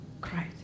cried